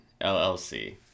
LLC